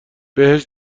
بهش